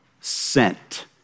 sent